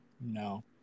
No